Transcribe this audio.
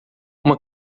uma